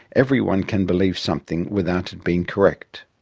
everyone can believe something without it being correct.